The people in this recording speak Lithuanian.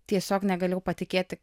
tiesiog negalėjau patikėti